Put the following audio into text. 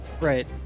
Right